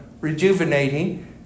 rejuvenating